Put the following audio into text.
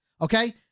Okay